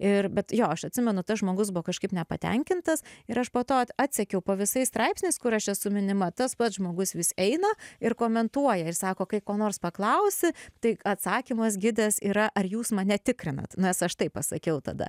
ir bet jo aš atsimenu tas žmogus buvo kažkaip nepatenkintas ir aš po to at atsekiau po visais straipsniais kur aš esu minima tas pats žmogus vis eina ir komentuoja ir sako kai ko nors paklausi tai atsakymas gidės yra ar jūs mane tikrinat nes aš taip pasakiau tada